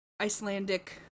Icelandic